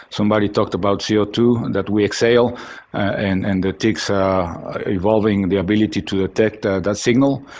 somebody talked about c o two that we exhale and and the ticks ah evolving the ability to detect that signal,